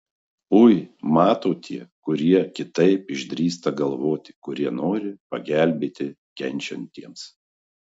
ui mato tie kurie kitaip išdrįsta galvoti kurie nori pagelbėti kenčiantiems